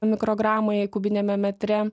mikrogramai kubiniame metre